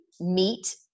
meet